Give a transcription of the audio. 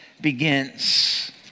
begins